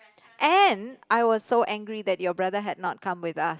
and I was so angry that your brother had not come with us